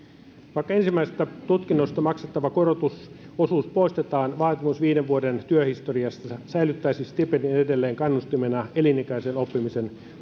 vaikka ensimmäisestä tutkinnosta maksettava korotusosuus poistetaan vaatimus viiden vuoden työhistoriasta säilyttäisi stipendin edelleen kannustimena elinikäisen oppimisen